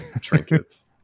trinkets